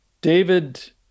David